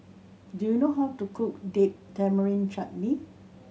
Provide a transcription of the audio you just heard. do you know how to cook Date Tamarind Chutney